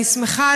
אני שמחה,